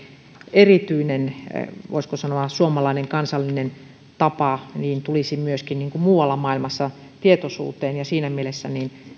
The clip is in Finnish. erityinen voisiko sanoa suomalainen kansallinen tapa tulisi myöskin muualla maailmassa tietoisuuteen ja siinä mielessä